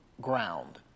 ground